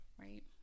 Right